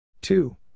two